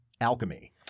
alchemy